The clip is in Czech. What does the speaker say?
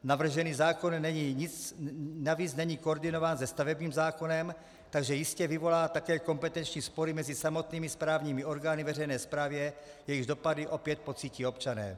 Navržený zákon navíc není koordinován se stavebním zákonem, takže jistě vyvolá také kompetenční spory mezi samotnými správními orgány veřejné správy, jejichž dopady opět pocítí občané.